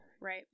Right